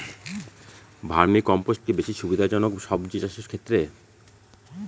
Vermi compost কি বেশী সুবিধা জনক সবজি চাষের ক্ষেত্রে?